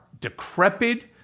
decrepit